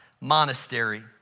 monastery